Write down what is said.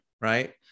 right